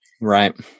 Right